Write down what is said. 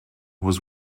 was